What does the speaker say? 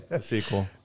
sequel